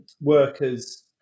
workers